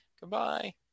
Goodbye